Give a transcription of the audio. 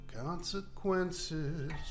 Consequences